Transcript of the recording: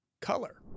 color